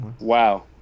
wow